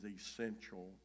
essential